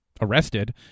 arrested